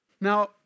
Now